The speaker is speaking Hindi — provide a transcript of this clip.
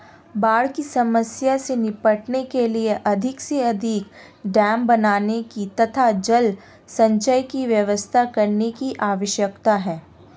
बाढ़ की समस्या से निपटने के लिए अधिक से अधिक डेम बनाने की तथा जल संचय की व्यवस्था करने की आवश्यकता है